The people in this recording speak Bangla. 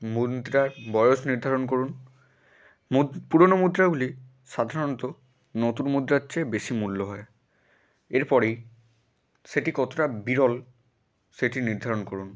মুদ্রার বয়স নির্ধারণ করুন মুদ পুরোনো মুদ্রাগুলি সাধারণত নতুন মুদ্রার চেয়ে বেশি মূল্য হয় এর পরেই সেটি কতোটা বিরল সেটি নির্ধারণ করুন